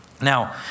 Now